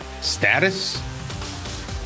status